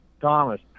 Thomas